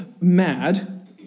mad